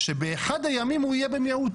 "שבאחד הימים הוא יהיה במיעוט.